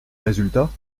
résultats